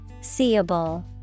seeable